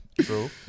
True